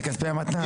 מכספי המתנ"ס.